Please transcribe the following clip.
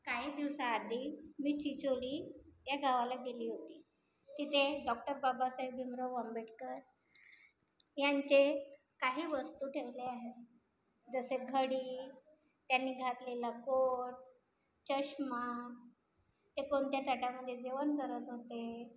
काही दिवसाआधी मी चिचोली या गावाला गेले होते तिथे डॉक्टर बाबासाहेब भीमराव आंबेडकर यांचे काही वस्तू ठेवले आहे जसे घडी त्यांनी घातलेला कोट चष्मा ते कोणत्या ताटामध्ये जेवण करत होते